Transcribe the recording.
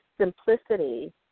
simplicity